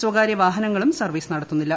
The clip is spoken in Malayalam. സ്വകാര്യ വാഹനങ്ങളും സർവീസ് നടത്തുന്നില്ല